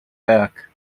beck